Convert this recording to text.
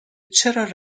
چرا